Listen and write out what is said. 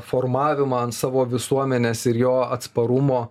formavimą ant savo visuomenės ir jo atsparumo